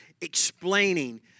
explaining